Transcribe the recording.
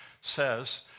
Says